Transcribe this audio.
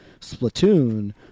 splatoon